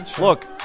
Look